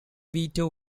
veto